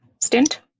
Stint